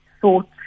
thoughts